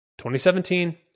2017